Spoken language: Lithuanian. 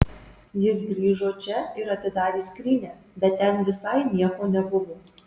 jis grįžo čia ir atidarė skrynią bet ten visai nieko nebuvo